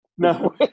No